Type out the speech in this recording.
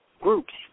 Groups